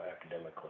academically